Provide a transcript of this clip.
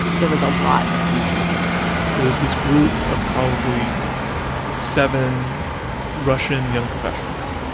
there was a lot of confusion it was this group of probably seven russian young professionals.